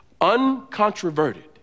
uncontroverted